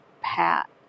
pat